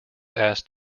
asked